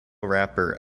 rapper